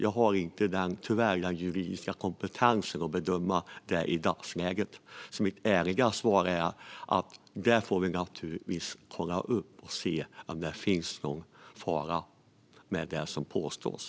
Jag har tyvärr inte den juridiska kompetensen att bedöma det i dagsläget. Mitt ärliga svar är att vi naturligtvis får kolla upp detta och se om det finns någon fara med det som påstås.